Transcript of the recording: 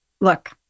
look